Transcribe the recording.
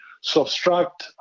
subtract